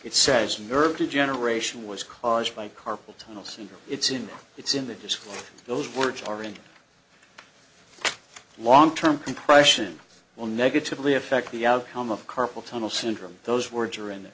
it says nerve degeneration was caused by carpal tunnel syndrome it's in it's in the disc those words are in long term compression will negatively affect the outcome of carpal tunnel syndrome those words are in